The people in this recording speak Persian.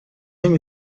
نمی